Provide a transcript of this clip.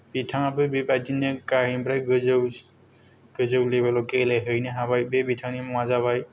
बिथाङाबो बेबादिनो गाहायनिफ्राय गोजौ गोजौ लेबेलाव गेलेहैनो हाबाय बे बिथांनि मुङा जाबाय